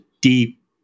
deep